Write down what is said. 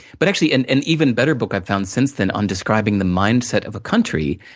but, actually, an an even better book i've found since then, on describing the mindset of a country,